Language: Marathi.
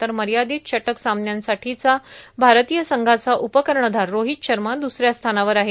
तर मर्यादित षटक सामन्यांसाठीचा भारतीय संघाचा उपकर्णधार रोहित शर्मा दुसऱ्या स्थानावर आहे